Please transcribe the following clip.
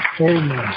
Amen